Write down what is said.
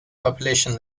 population